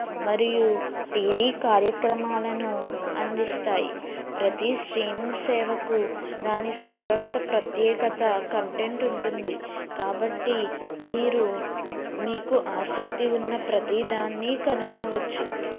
మరియు టీవీ కార్యక్రమాలను అందిస్తాయి ప్రతి స్ట్రీమింగ్ సేవకు దాని స్వతంత ప్రత్యేకత కంటెంట్ ఉంటుంది కాబట్టి మీరు మీకు ఆసక్తి ఉన్న ప్రతిదాన్ని కనుగొనవచ్చు